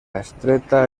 estreta